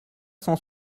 cent